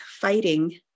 fighting